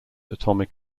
atomic